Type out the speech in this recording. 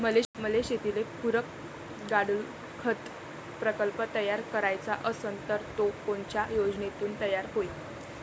मले शेतीले पुरक गांडूळखत प्रकल्प तयार करायचा असन तर तो कोनच्या योजनेतून तयार होईन?